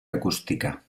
acústica